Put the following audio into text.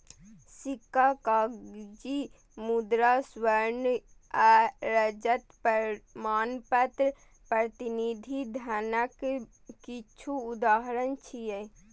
सिक्का, कागजी मुद्रा, स्वर्ण आ रजत प्रमाणपत्र प्रतिनिधि धनक किछु उदाहरण छियै